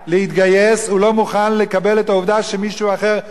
הוא לא מוכן לקבל את העובדה שמישהו אחר לא חייב.